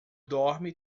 dorme